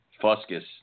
fuscus